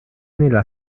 nella